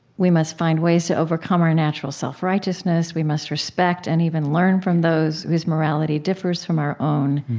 we must find ways to overcome our natural self-righteousness. we must respect and even learn from those whose morality differs from our own.